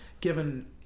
given